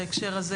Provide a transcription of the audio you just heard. בהקשר הזה,